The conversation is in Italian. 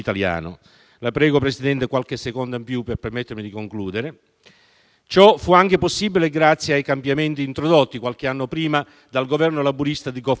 di concedermi qualche altro secondo per permettermi di concludere. Ciò fu anche possibile grazie ai cambiamenti introdotti qualche anno prima dal Governo laburista di Gough Whitlam,